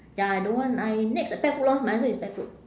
ya I don't want I next pet food lor my answer is pet food